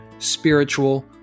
spiritual